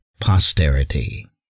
posterity